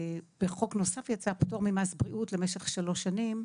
בחוק נוסף יצא פטור ממס בריאות למשך שלוש שנים.